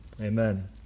Amen